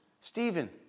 Stephen